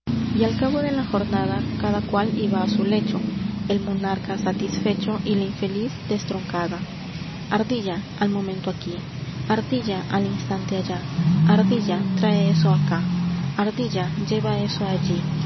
al cabo de la jorrfa cada cual iba á su lechhav el monarca satisfecho y la infeliz destroncada a r d i l l a al momento aquí ardilla al instante allá a r d i l l a trae eso acá a r d i l l a lleva eso allí